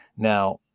Now